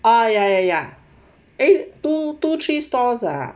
ah ya ya ya eh two two three stores ah